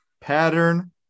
Pattern